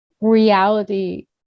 reality